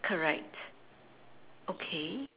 correct okay